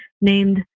named